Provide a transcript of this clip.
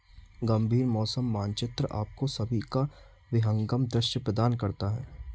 गंभीर मौसम मानचित्र आपको सभी का विहंगम दृश्य प्रदान करता है